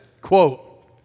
quote